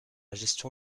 gestion